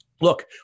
look